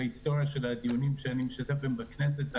בהיסטוריה של הדיונים שאני משתתף בהם בכנסת,